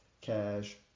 cash